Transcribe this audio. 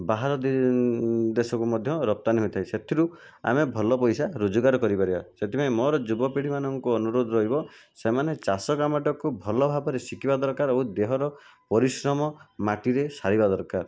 ବାହାର ଦେଶକୁ ମଧ୍ୟ ରପ୍ତାନି ହୋଇଥାଏ ସେଥିରୁ ଆମେ ଭଲ ପଇସା ରୋଜଗାର କରିପାରିବା ସେଥିପାଇଁ ମୋର ଯୁବପିଢ଼ୀମାନଙ୍କୁ ଅନୁରୋଧ ରହିବ ସେମାନେ ଚାଷ କାମଟାକୁ ଭଲ ଭାବରେ ଶିଖିବା ଦରକାର ଆଉ ଦେହର ପରିଶ୍ରମ ମାଟିରେ ସାରିବା ଦରକାର